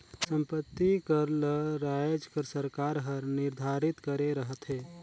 संपत्ति कर ल राएज कर सरकार हर निरधारित करे रहथे